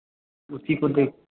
उसी को देख